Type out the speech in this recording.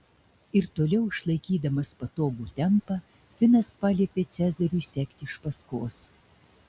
ir toliau išlaikydamas patogų tempą finas paliepė cezariui sekti iš paskos